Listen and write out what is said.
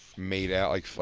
made out like,